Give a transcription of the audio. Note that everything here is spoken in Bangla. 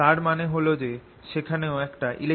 তার মানে হল যে সেখানেও একটা ইলেকট্রিক ফিল্ড তৈরি হচ্ছে